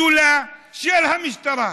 הזולה, של המשטרה.